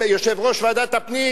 יושב-ראש ועדת הפנים,